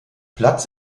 platz